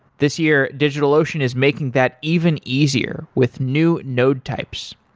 this year, digitalocean is making that even easier with new node types.